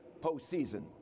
postseason